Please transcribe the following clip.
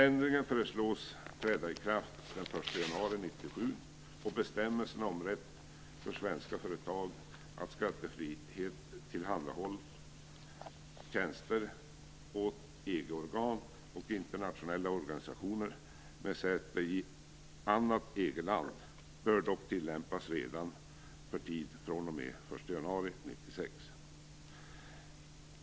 land bör dock tillämpas redan för tid från och med den 1 januari 1996.